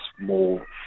more